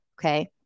okay